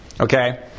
Okay